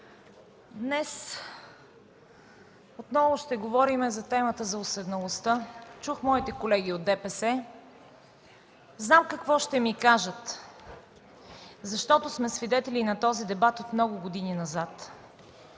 Днес ще говорим за темата за уседналостта. Чух моите колеги от ДПС. Знам какво ще ми кажат, защото сме свидетели на този дебат от много години насам.